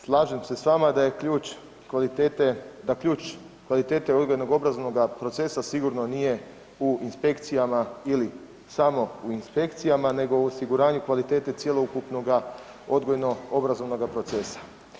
Slažem se s vama da je ključ kvalitete, da ključ kvalitete odgojno-obrazovnoga procesa sigurno nije u inspekcijama ili samo u inspekcijama, nego u osiguranju kvalitete cjelokupnoga odgojno-obrazovnoga procesa.